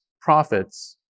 profits